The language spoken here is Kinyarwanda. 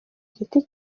giti